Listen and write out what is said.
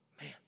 Man